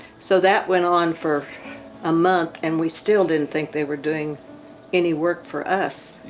so that went on for a month and we still didn't think they were doing any work for us.